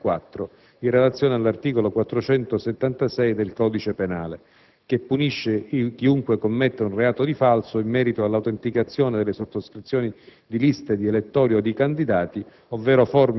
come modificato dalla legge n. 61 del 2004 in relazione all'articolo 476 del codice penale, che punisce chiunque commetta un reato di falso in merito all'autenticazione delle sottoscrizioni